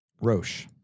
Roche